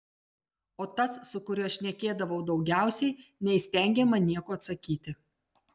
o tas su kuriuo šnekėdavau daugiausiai neįstengė man nieko atsakyti